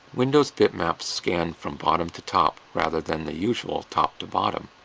windows bitmaps scan from bottom to top rather than the usual top to bottom.